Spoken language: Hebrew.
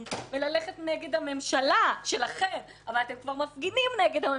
וללכת נגד הממשלה שלכם אבל אתם כבר מפגינים כנגד הממשלה.